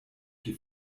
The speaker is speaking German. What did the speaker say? die